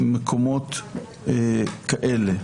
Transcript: במקומות כאלה.